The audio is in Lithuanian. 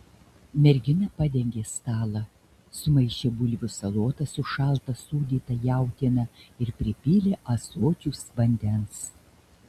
mergina padengė stalą sumaišė bulvių salotas su šalta sūdyta jautiena ir pripylė ąsočius vandens